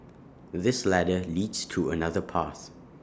this ladder leads to another path